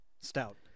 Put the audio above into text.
stout